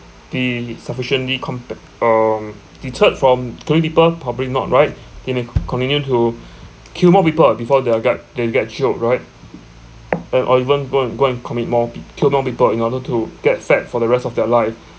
be sufficiently compact um deterred from killing people probably not right they may co~ committed to kill more people before they get they get jailed right and or even go and go and commit more peo kill more people in order to get fed for the rest of their life